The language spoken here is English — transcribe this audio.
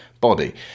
body